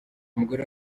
umugore